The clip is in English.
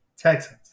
Texans